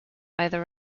either